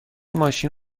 ماشین